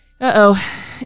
uh-oh